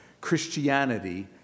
Christianity